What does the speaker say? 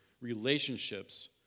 relationships